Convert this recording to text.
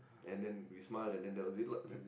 and then we smile and then that was it lah